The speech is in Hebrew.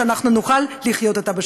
שאנחנו נוכל לחיות אתה בשלום.